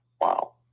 wow